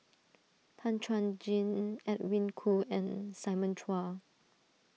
Tan Chuan Jin Edwin Koo and Simon Chua